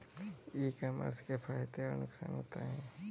ई commerce के फायदे और नुकसान बताएँ?